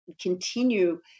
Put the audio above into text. continue